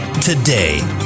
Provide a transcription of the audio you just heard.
today